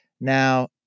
Now